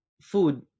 food